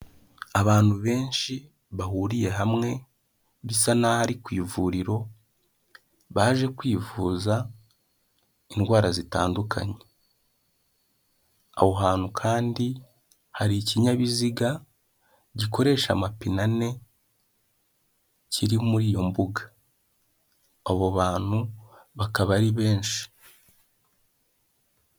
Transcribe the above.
Abantu benshi bahuriye hamwe bisa nkaho ari ku ivuriro baje kwivuza indwara zitandukanye, aho hantu kandi hari ikinyabiziga gikoresha amapene ane kiri muri iyo mbuga abo bantu bakaba ari benshi.